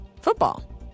Football